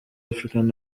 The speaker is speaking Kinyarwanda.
african